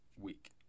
week